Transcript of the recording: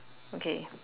okay